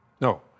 no